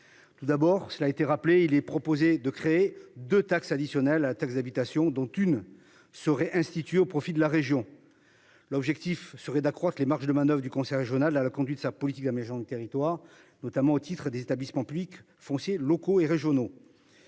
Tout d'abord cela a été rappelé, il est proposé de créer de taxe additionnelle à la taxe d'habitation dont une serait instituée au profit de la région. L'objectif serait d'accroître les marges de manoeuvre du conseil régional à la conduite, sa politique, la maison de territoire, notamment au titre des établissements publics fonciers locaux et régionaux.